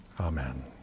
Amen